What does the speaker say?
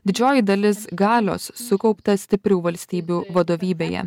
didžioji dalis galios sukaupta stiprių valstybių vadovybėje